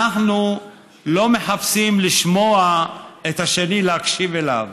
אנחנו לא מחפשים לשמוע את השני, להקשיב אליו,